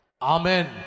Amen